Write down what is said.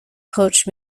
coach